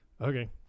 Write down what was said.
Okay